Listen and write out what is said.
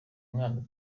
mwana